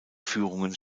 führungen